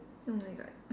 oh my god